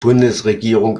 bundesregierung